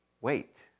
wait